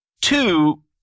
Two